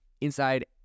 inside